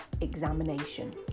examination